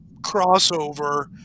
crossover